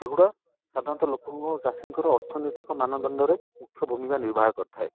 ସେଗୁଡ଼ା ସାଧାରଣତଃ ଲୋକଙ୍କ ଚାଷୀଙ୍କର ଅର୍ଥନୀତିକ ମାନଦଣ୍ଡରେ ମୁଖ୍ୟ ଭୂମିକା ନିର୍ବାହ କରିଥାଏ